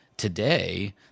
today